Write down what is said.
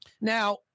Now